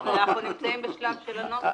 אנחנו בשלב של הנוסח.